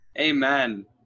amen